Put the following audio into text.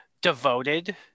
devoted